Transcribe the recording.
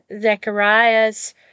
Zechariah's